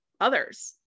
others